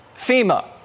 FEMA